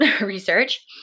research